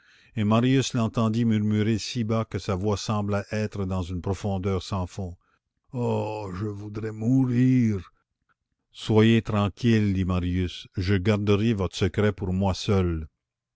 et marius l'entendit murmurer si bas que sa voix semblait être dans une profondeur sans fond oh je voudrais mourir soyez tranquille dit marius je garderai votre secret pour moi seul